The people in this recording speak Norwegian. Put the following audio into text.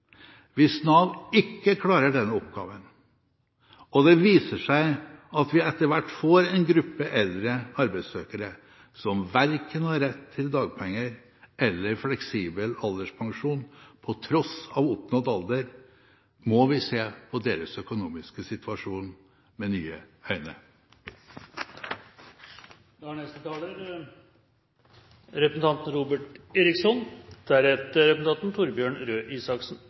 ikke klarer den oppgaven, og det viser seg at vi etter hvert får en gruppe eldre arbeidssøkere som ikke har rett til verken dagpenger eller fleksibel alderspensjon på tross av oppnådd alder, må vi se på deres økonomiske situasjon med nye øyne. Ja, det er